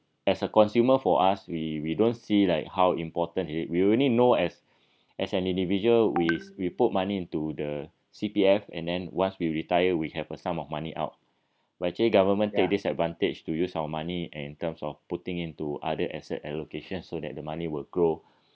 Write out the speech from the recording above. as a consumer for us we we don't see like how important it we only know as as an individual we we put money into the C_P_F and then once we retire we have a sum of money out but actually government take disadvantage to use our money in terms of putting into other asset allocation so that the money will grow